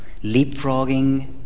leapfrogging